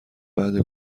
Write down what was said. بعده